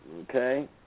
Okay